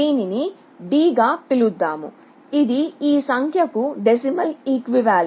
దీనిని D గా పిలుద్దాం ఇది ఈ సంఖ్యకు డెసిమల్ ఇక్వివాలెంట్